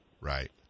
Right